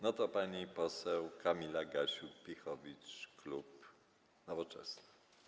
No to pani poseł Kamila Gasiuk-Pihowicz, klub Nowoczesna.